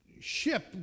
ship